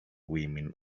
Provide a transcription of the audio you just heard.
women